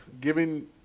giving